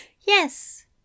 Yes